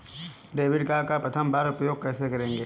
Debit card का प्रथम बार उपयोग कैसे करेंगे?